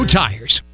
tires